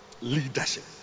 Leadership